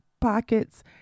pockets